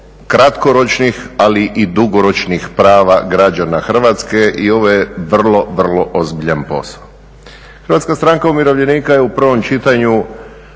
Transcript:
kratkoročnih ali i dugoročnih prava građana Hrvatske i ovo je vrlo, vrlo ozbiljan posao. Hrvatska stranka umirovljenika je u prvom čitanju